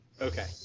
Okay